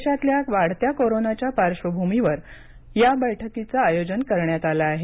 देशातल्या वाढत्या कोरोना प्रार्द्भावाच्या पार्श्वभूमीवर या बैठकीचं आयोजन करण्यात आलं आहे